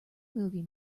movie